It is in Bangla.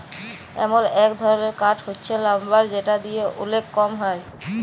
এমল এক ধরলের কাঠ হচ্যে লাম্বার যেটা দিয়ে ওলেক কম হ্যয়